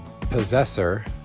Possessor